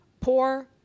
poor